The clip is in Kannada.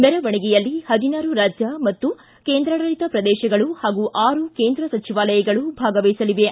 ಮೆರವಣಿಗೆಯಲ್ಲಿ ಹದಿನಾರು ರಾಜ್ಯ ಮತ್ತು ಕೇಂದ್ರಾಡಳಿತ ಪ್ರದೇಶಗಳು ಹಾಗೂ ಆರು ಕೇಂದ್ರ ಸಚಿವಾಲಯಗಳು ಭಾಗವಹಿಸಲಿವೆ